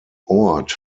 ort